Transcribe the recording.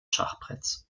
schachbretts